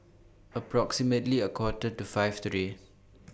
approximately A Quarter to five today